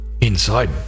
inside